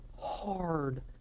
Hard